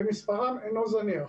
ומספר אינו זניח.